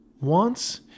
Wants